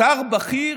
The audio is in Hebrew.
שר בכיר,